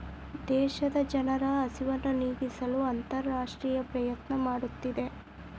ದೇಶದ ಜನರ ಹಸಿವನ್ನು ನೇಗಿಸಲು ಅಂತರರಾಷ್ಟ್ರೇಯ ಪ್ರಯತ್ನ ಮಾಡುತ್ತಿದೆ